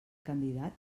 candidat